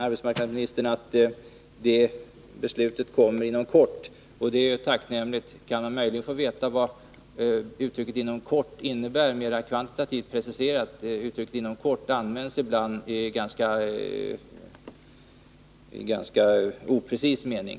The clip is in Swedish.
Arbetsmarknadsministern sade att beslutet kommer inom kort — och det är tacknämligt. Kan vi möjligen mera preciserat få veta vad uttrycket ”inom kort innebär”? Det används ibland i ganska oprecis mening.